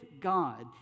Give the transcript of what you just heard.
God